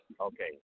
Okay